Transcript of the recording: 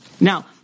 now